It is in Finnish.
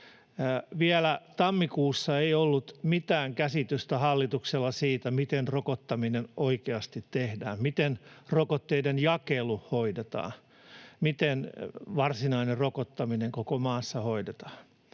Vielä tammikuussa ei ollut mitään käsitystä hallituksella siitä, miten rokottaminen oikeasti tehdään, miten rokotteiden jakelu hoidetaan, miten varsinainen rokottaminen koko maassa hoidetaan.